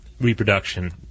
reproduction